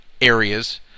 areas